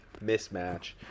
mismatch